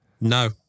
No